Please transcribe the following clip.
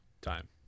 time